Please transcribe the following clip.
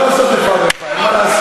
מספיק.